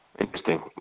Interesting